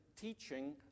teaching